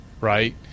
right